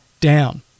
down